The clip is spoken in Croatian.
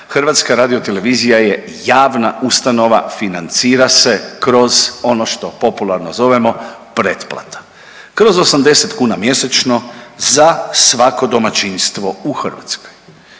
još jednom, HRT je javna ustanova financira se kroz ono što popularno zovemo pretplata, kroz 80 kuna mjesečno za svako domaćinstvo u Hrvatskoj.